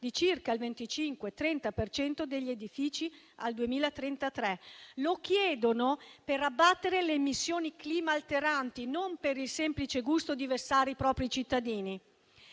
di circa il 25-30 per cento degli edifici al 2033. Lo chiedono per abbattere le emissioni climalteranti, non per il semplice gusto di vessare i propri cittadini.